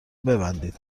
ببندید